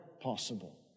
possible